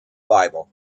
bible